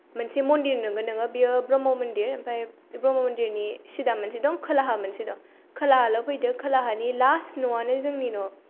मोनसे मन्दिर नुगोन नोङो बियो ब्रह्म मन्दिर ओमफाय ब्रह्म मन्दिरनि सिदा मोनसे दं खोलाहा मोनसे दं खोलाहाल' फैदो खोलाहानि लास्ट न'आनो जोंनि न'